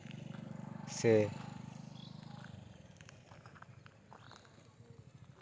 ᱥᱮ